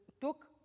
took